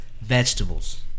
Vegetables